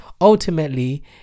ultimately